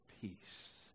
peace